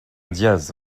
díaz